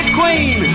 queen